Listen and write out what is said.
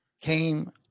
came